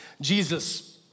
Jesus